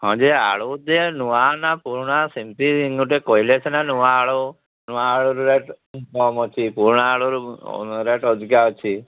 ହଁ ଯେ ଆଳୁ ଦେ ନୂଆ ନା ପୁରୁଣା ସେମିତି ଗୋଟେ କହିଲେ ସିନା ନୂଆ ଆଳୁ ନୂଆ ଆଳୁ ରେଟ୍ କମ୍ ଅଛି ପୁରୁଣା ଆଳୁର ରେଟ୍ ଅଧିକା ଅଛି